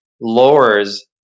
lowers